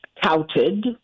touted